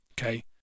Okay